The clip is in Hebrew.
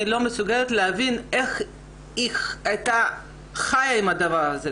לא מסוגלת להבין איך היא חיה עם הדבר הזה.